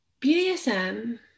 bdsm